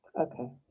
Okay